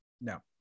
No